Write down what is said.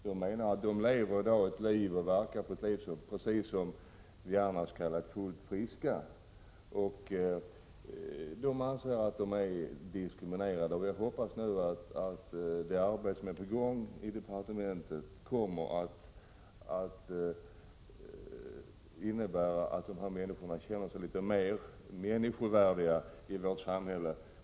Diabetiker lever och verkar numera precis som vi andra som kallas fullt friska. Diabetikerna anser att de är diskriminerade, och jag hoppas att det arbete som är på gång i departementet kommer att innebära att dessa människor kan känna sig litet mer människovärdiga i vårt samhälle.